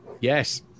yes